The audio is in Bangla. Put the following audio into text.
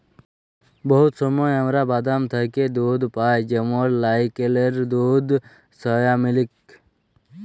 বহুত সময় আমরা বাদাম থ্যাকে দুহুদ পাই যেমল লাইরকেলের দুহুদ, সয়ামিলিক